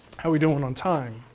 how are we doing on time?